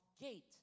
gate